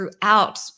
throughout